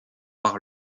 par